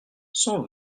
cent